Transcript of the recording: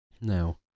Now